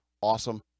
awesome